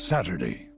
Saturday